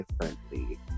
differently